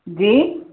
जी